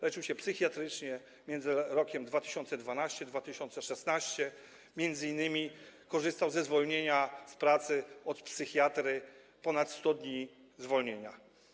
Leczył się psychiatrycznie między rokiem 2012 a rokiem 2016, m.in. korzystał ze zwolnienia z pracy od psychiatry - ponad 100 dni zwolnienia.